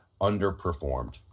underperformed